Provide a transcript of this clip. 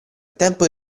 tempo